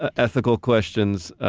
ah ethical questions,